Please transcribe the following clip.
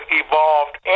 evolved